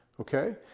okay